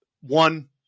one